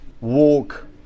Walk